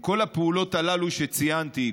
כל הפעולות הללו שציינתי,